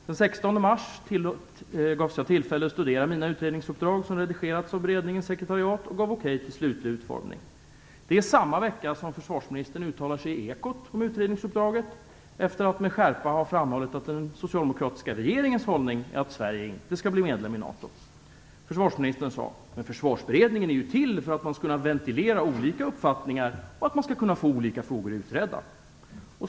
Den 16 mars gavs jag tillfälle att studera mina utredningsuppdrag, som redigerats av beredningens sekretariat och gav okej till slutlig utformning. Det är samma vecka som försvarsministern uttalar sig i Ekot om utredningsuppdraget, efter att med skärpa ha framhållit att den socialdemokratiska regeringens hållning är att Sverige inte skall bli medlem i NATO. Försvarsministern sade: "Men försvarsberedningen är ju till för att man skall kunna ventilera olika uppfattningar och att man skall kunna få olika frågor utredda."